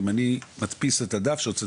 אם אני מדפיס את הדף שהוצאתי?